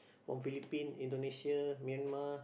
from Philippine Indonesia Myanmar